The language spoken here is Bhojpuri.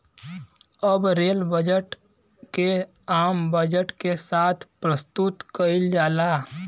अब रेल बजट के आम बजट के साथ प्रसतुत कईल जाला